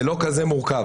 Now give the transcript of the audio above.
זה לא כזה מורכב.